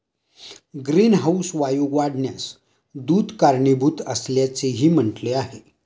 greenhouse वायू वाढण्यास दूध कारणीभूत असल्याचेही म्हटले आहे